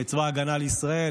את צבא ההגנה לישראל,